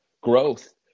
growth